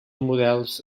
models